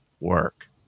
work